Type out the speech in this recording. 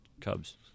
Cubs